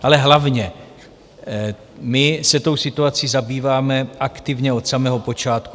Ale hlavně, my se tou situací zabýváme aktivně od samého počátku.